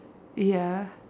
ya